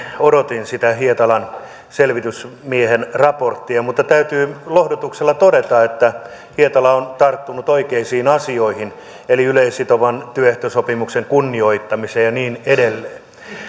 odotin sitä hietalan selvitysmiehen raporttia mutta täytyy lohdutuksella todeta että hietala on tarttunut oikeisiin asioihin eli yleissitovan työehtosopimuksen kunnioittamiseen ja niin edelleen